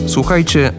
Słuchajcie